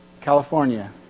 California